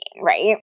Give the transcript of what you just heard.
right